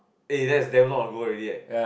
eh that's is damn long ago already leh